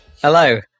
Hello